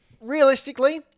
realistically